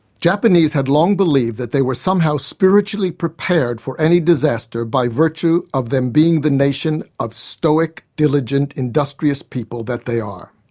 japanese had long believed that they were somehow spiritually prepared for any disaster by virtue of them being the nation of stoic, diligent, industrious people that they are.